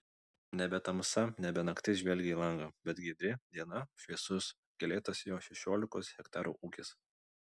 nebe tamsa nebe naktis žvelgė į langą bet giedri diena šviesus gėlėtas jo šešiolikos hektarų ūkis